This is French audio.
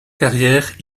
carrière